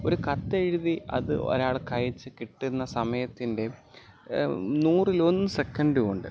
ഒരു കത്തെഴുതി അത് ഒരാൾക്ക് അയച്ച് കിട്ടുന്ന സമയത്തിൻ്റെ നൂറിലൊന്ന് സെക്കൻറ്റ് കൊണ്ട്